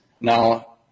Now